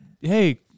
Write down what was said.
hey